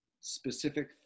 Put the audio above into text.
specific